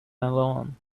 alone